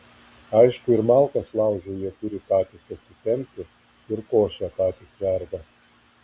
aišku ir malkas laužui jie turi patys atsitempti ir košę patys verda